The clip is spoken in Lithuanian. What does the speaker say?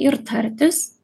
ir tartis